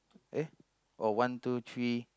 eh oh one two three